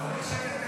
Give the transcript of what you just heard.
שמע,